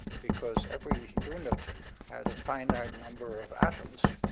because every unit had a finite number of atoms,